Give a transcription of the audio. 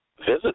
Visit